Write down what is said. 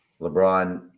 LeBron